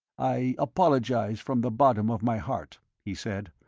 i apologize from the bottom of my heart, he said,